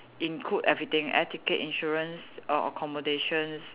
include everything air ticket insurance err accommodations